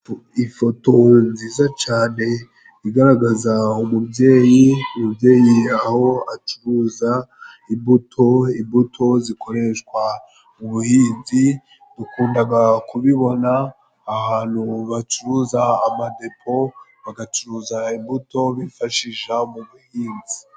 Ifoto nziza cane igaragaza umubyeyi ,umubyeyi aho acuruza imbuto, imbuto zikoreshwa mu buhinzi dukundaga kubibona ahantu bacuruza amadepo ,bagacuruza imbuto bifashisha mu buhinzi.